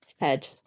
head